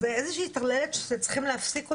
זו איזושהי טרללת שצריכים להפסיק אותה,